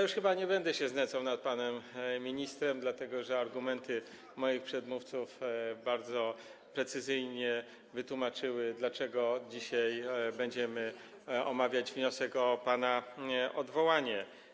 Już chyba nie będę się znęcał nad panem ministrem, dlatego że argumenty moich przedmówców bardzo precyzyjnie pokazały, dlaczego dzisiaj będziemy omawiać wniosek o pana odwołanie.